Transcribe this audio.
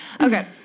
okay